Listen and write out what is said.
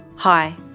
Hi